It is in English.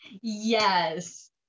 yes